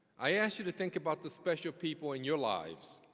i ask you to think about the special people in your lives,